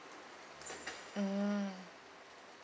mm